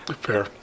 Fair